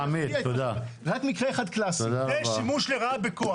זה שימוש לרעה בכוח.